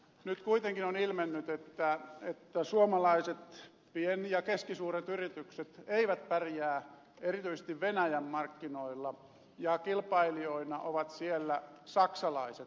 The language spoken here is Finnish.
nyt kuitenkin on ilmennyt että suomalaiset pienet ja keskisuuret yritykset eivät pärjää erityisesti venäjän markkinoilla ja kilpailijoina ovat siellä saksalaiset